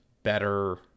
better